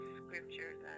scriptures